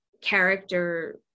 character